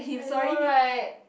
I know right